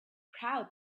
proud